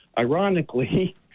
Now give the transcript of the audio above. Ironically